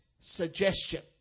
suggestion